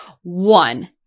One